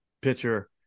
pitcher